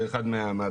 זה אחד מהדברים.